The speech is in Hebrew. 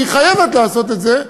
והיא חייבת לעשות את זה,